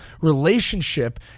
relationship